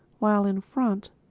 while in front,